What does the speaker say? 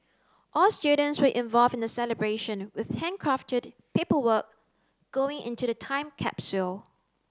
all students were involved in the celebration with handcrafted paperwork going into the time capsule